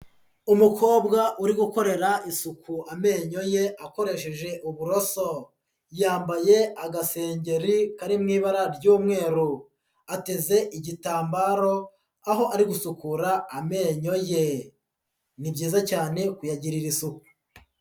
Umukobwa uri gukorera isuku amenyo ye akoresheje uburoso, yambaye agasengeri kari mu ibara ry'umweru, ateze igitambaro aho ari gusukura amenyo ye, ni byiza cyane kuyagirira isuku.